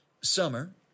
Summer